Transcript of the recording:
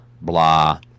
blah